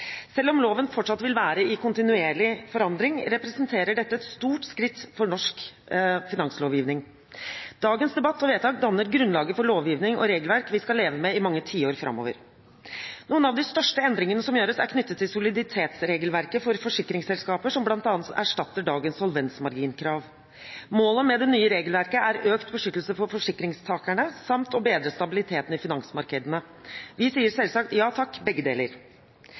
Selv om loven fortsatt vil være i kontinuerlig forandring, representerer dette et stort skritt for norsk finanslovgivning. Dagens debatt og vedtak danner grunnlaget for lovgivning og regelverk vi skal leve med i mange tiår framover. Noen av de største endringene som gjøres, er knyttet til soliditetsregelverket for forsikringsselskaper, som bl.a. erstatter dagens solvensmarginkrav. Målet med det nye regelverket er økt beskyttelse for forsikringstakerne samt å bedre stabiliteten i finansmarkedene. Vi sier selvsagt: Ja, takk – begge deler.